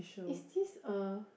is this a